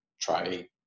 try